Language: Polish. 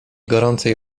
gorącej